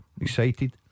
Excited